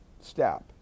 step